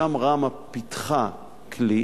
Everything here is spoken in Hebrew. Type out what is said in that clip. שם ראמ"ה פיתחה כלי